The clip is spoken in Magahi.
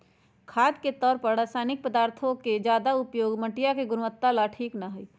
खाद के तौर पर रासायनिक पदार्थों के ज्यादा उपयोग मटिया के गुणवत्ता ला ठीक ना हई